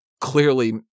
clearly